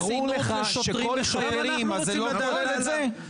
ואז נאמר לי שם שהם קיבלו רישיון למכשיר,